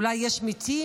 אולי יש מתים?